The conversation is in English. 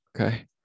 Okay